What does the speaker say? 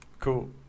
Cool